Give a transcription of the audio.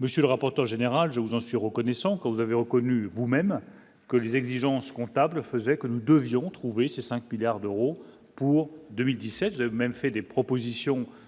monsieur le rapporteur général, je vous en suis reconnaissant que vous avez reconnu vous-même que les exigences comptables faisait que nous devions trouver 5 milliards d'euros pour 2017, le même fait des propositions